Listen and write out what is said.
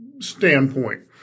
standpoint